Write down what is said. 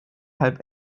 halb